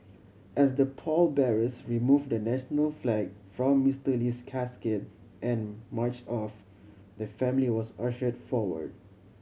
as the pallbearers removed the national flag from Mister Lee's casket and march off the family was ushered forward